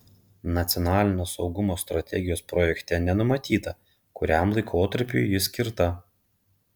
nacionalinio saugumo strategijos projekte nenumatyta kuriam laikotarpiui ji skirta